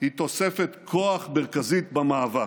היא תוספת כוח מרכזית במאבק,